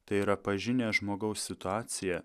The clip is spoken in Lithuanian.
tai yra pažinę žmogaus situaciją